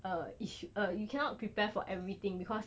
uh if you you cannot prepare for everything because